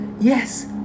yes